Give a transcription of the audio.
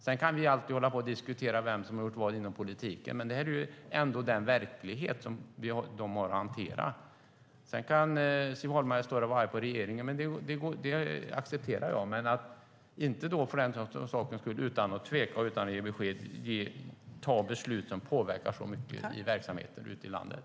Sedan kan vi alltid hålla på och diskutera vem som har gjort vad inom politiken; det här är ändå den verklighet som de har att hantera. Siv Holma kan stå här och vara arg på regeringen, det accepterar jag, men inte bara för sakens skull, utan att tveka och utan att ge besked om beslut som påverkar så mycket i verksamheten ute i landet.